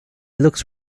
looks